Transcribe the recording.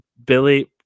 Billy